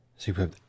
Super